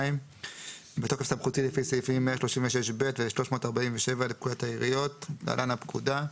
בתוקף סמכותי לפי סעיפים 136(ב) ו-347 לפקודת העיריות (להלן הפקודה),